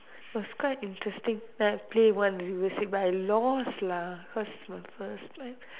was quite interesting then I play one but I lost lah cause my first